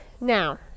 Now